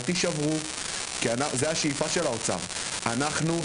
אל תשברו כי זו השאיפה של האוצר.